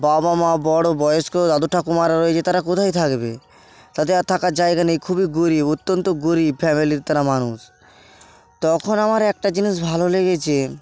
বাবা মা বড় বয়স্ক দাদু ঠাকুমারা রয়েছে তারা কোথায় থাকবে তাদের আর থাকার জায়গা নেই খুবই গরিব অত্যন্ত গরিব ফ্যামিলির তারা মানুষ তখন আমার একটা জিনিস ভালো লেগেছে